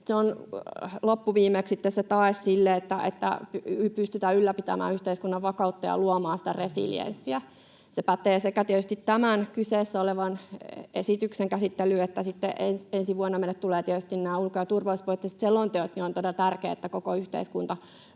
Se on loppuviimeksi se tae sille, että pystytään ylläpitämään yhteiskunnan vakautta ja luomaan resilienssiä. Se pätee tietysti tämän kyseessä olevan esityksen käsittelyyn, ja sitten ensi vuonna meille tulevat tietysti ulko- ja turvallisuuspoliittiset selonteot. On todella tärkeää, että koko yhteiskunta